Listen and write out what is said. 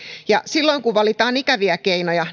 ja silloin kun valitaan ikäviä keinoja